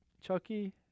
Chucky